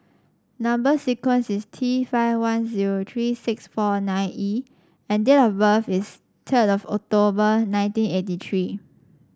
number sequence is T five one zero three six four nine E and date of birth is third of October nineteen eighty three